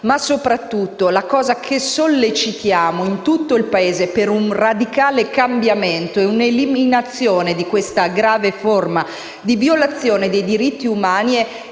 in particolare sollecitiamo in tutto il Paese per un radicale cambiamento e l'eliminazione di questa grave forma di violazione di diritti umani